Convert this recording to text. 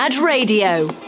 Radio